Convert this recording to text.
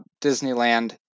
Disneyland